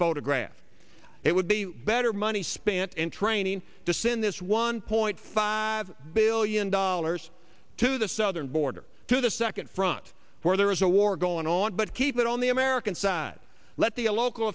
photograph it would be better money spent in training to send this one point five billion dollars to the southern border to the second front where there is a war going on but keep it on the american side let the a local